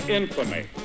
infamy